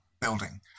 building